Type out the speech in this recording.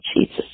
Jesus